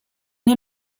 est